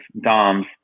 DOMS